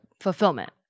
fulfillment